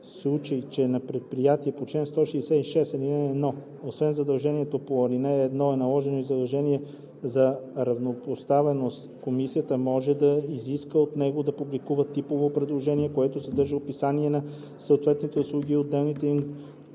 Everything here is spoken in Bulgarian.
случай че на предприятие по чл. 166, ал. 1 освен задължението по ал. 1 е наложено и задължение за равнопоставеност, комисията може да изиска от него да публикува типово предложение, което съдържа описание на съответните услуги и отделните им